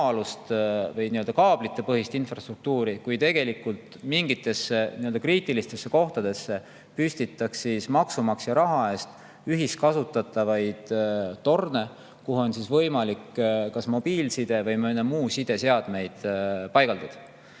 või kaablipõhist infrastruktuuri ja tegelikult mingitesse kriitilistesse kohtadesse püstitataks maksumaksja raha eest ühiskasutatavaid torne, kuhu on võimalik mobiilside või mõne muu side seadmeid paigaldada.